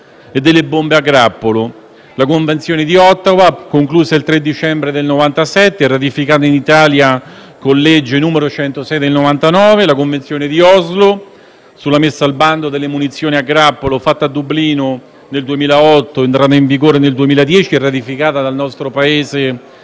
e delle bombe a grappolo: la Convenzione di Ottawa, conclusa il 3 dicembre 1997 e ratificata in Italia con la legge n. 106 del 1999, e la Convenzione di Oslo sulla messa al bando delle munizioni a grappolo, fatta a Dublino nel 2008, entrata in vigore nel 2010 e ratificata dal nostro Paese